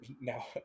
Now